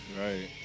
Right